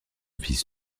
fils